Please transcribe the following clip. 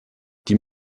die